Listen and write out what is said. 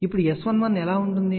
ఇప్పుడు S11 ఎలా ఉంటుంది